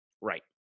Right